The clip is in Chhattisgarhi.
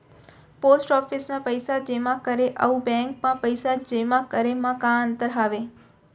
पोस्ट ऑफिस मा पइसा जेमा करे अऊ बैंक मा पइसा जेमा करे मा का अंतर हावे